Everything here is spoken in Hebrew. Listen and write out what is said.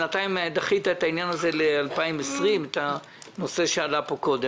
בינתיים דחית ל-2020 את הנושא שעלה פה קודם.